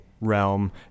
realm